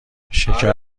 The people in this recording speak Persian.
شکر